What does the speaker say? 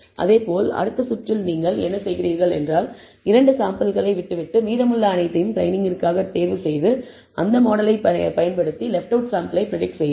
அதேபோல் அடுத்த சுற்றில் நீங்கள் என்ன செய்கிறீர்கள் என்றால் இரண்டாவது சாம்பிளை விட்டுவிட்டு மீதமுள்ள அனைத்தையும் ட்ரெய்னிங்கிற்காக தேர்வுசெய்து அந்த மாடலை பயன்படுத்தி லெஃப்ட் அவுட் சாம்பிளை பிரடிக்ட் செய்யவும்